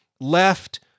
left